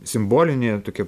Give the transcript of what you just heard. simbolinė tokia